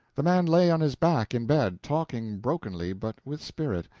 the man lay on his back in bed, talking brokenly but with spirit,